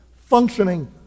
functioning